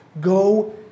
go